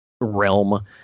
realm